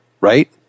right